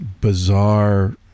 bizarre